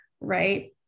right